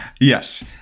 Yes